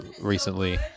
recently